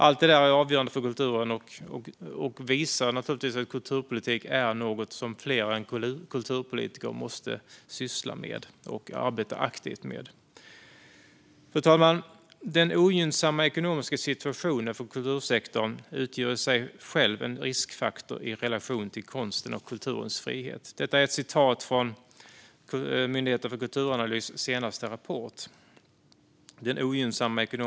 Allt det är avgörande för kulturen och visar naturligtvis att kulturpolitik är något som fler än kulturpolitiker måste syssla med och arbeta aktivt med. Fru talman! "Den ogynnsamma ekonomiska situationen för kultursektorn utgör i sig själv en riskfaktor i relation till konstens och kulturens frihet." Detta är ett citat ur Myndigheten för kulturanalys senaste rapport.